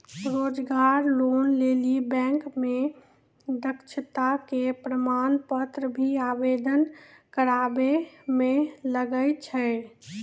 रोजगार लोन लेली बैंक मे दक्षता के प्रमाण पत्र भी आवेदन करबाबै मे लागै छै?